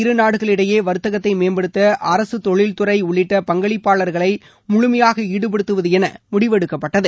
இருநாடுகளிடையே வாத்தகத்தை மேம்படுத்த அரசு தொழில் துறை உள்ளிட்ட அப்போது பங்களிப்பாளர்களை முழுமையாக ஈடுபடுத்துவது என முடிவெடுக்கப்பட்டது